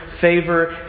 favor